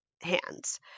hands